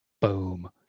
Boom